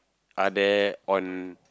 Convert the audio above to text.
are there on